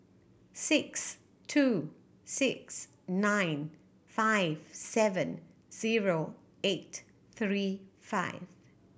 six two six nine five seven zero eight three five